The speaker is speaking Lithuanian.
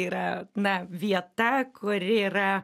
yra na vieta kuri yra